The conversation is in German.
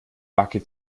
backe